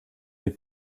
des